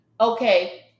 Okay